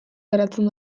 geratzen